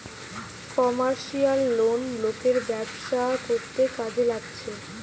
commercial loan লোকের ব্যবসা করতে কাজে লাগছে